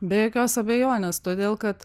be jokios abejonės todėl kad